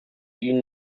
you